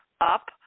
up